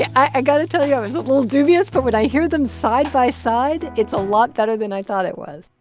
i got to tell you i was a little dubious, but when i hear them side by side, it's a lot better than i thought it was